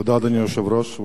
תודה, אדוני היושב-ראש.